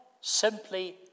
simply